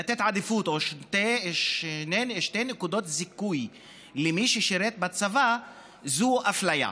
לתת עדיפות או שתי נקודות זיכוי למי ששירת בצבא זה אפליה.